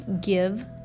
give